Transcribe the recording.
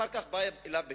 ואחר כך אתה בא אליו בטענות?